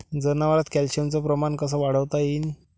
जनावरात कॅल्शियमचं प्रमान कस वाढवता येईन?